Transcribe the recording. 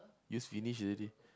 use finish already